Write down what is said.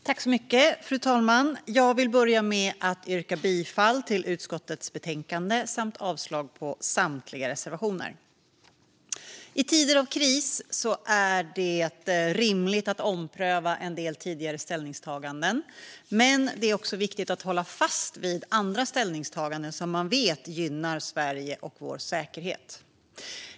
Fru talman! Jag vill börja med att yrka bifall till utskottets förslag i betänkandet samt avslag på samtliga reservationer. I tider av kris är det rimligt att ompröva en del tidigare ställningstaganden, men det är också viktigt att hålla fast vid andra ställningstaganden, som man vet gynnar Sverige och vår säkerhet.